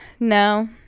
No